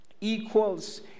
equals